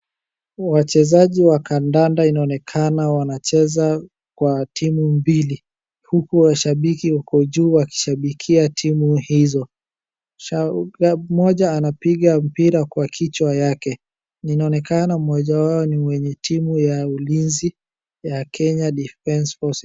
Wachezaji wa kandanda inaonekana wanacheza kwa timu mbili. Huku washabiki huko juu wakishabikia timu hizo. Shagga mmoja anapiga mpira kwa kichwa yake. Inaonekana mmoja wao ni mwenye timu ya ulinzi ya Kenya Defence Force.